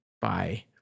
bye